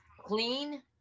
clean